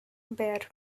bare